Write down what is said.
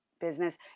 business